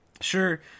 Sure